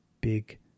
big